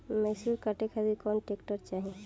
मैसूर काटे खातिर कौन ट्रैक्टर चाहीं?